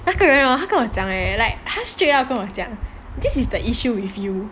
那个人 hor 他跟我讲 like 他 straight up 跟我讲 this is the issue with you